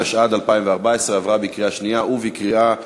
התשע"ד 2014, עברה בקריאה שנייה ובקריאה שלישית.